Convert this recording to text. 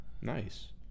Nice